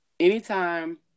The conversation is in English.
Anytime